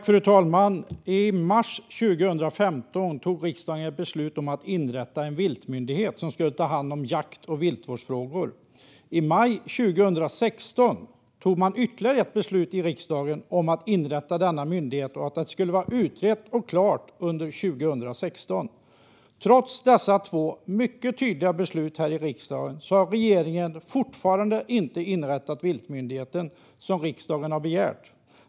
Fru talman! I mars 2015 fattade riksdagen beslut om att inrätta en viltmyndighet, som skulle ta hand om jakt och viltvårdsfrågor. I maj 2016 fattade man ytterligare ett beslut i riksdagen om att inrätta denna myndighet och att det hela skulle vara utrett och klart under 2016. Trots dessa två mycket tydliga beslut här i riksdagen har regeringen fortfarande inte inrättat viltmyndigheten, som riksdagen har begärt.